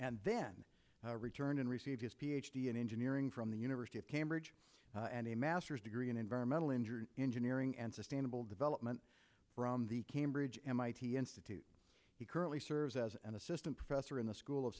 and then returned and received his ph d in engineering from the university of cambridge and a master's degree in environmental injured engineering and sustainable development from the cambridge mit institute he currently serves as an assistant professor in the school of